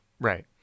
Right